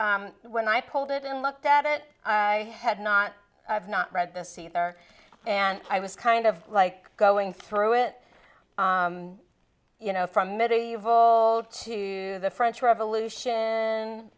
when i pulled it and looked at it i had not i've not read this either and i was kind of like going through it you know from medieval to the french revolution